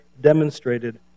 demonstrated